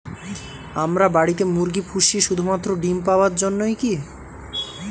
আমরা বাড়িতে মুরগি পুষি শুধু মাত্র ডিম পাওয়ার জন্যই কী?